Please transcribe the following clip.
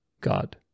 God